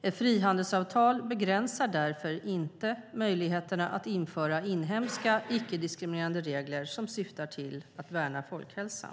Ett frihandelsavtal begränsar därför inte möjligheterna att införa inhemska icke-diskriminerande regler som syftar till att värna folkhälsan.